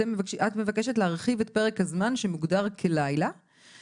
את מבקשת להרחיב את פרק הזמן שמוגדר כלילה